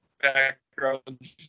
Background